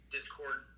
Discord